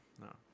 No